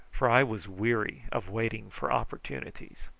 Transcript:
for i was weary of waiting for opportunities.